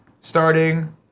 starting